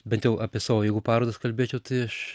bent jau apie savo jeigu parodas kalbėčiau tai aš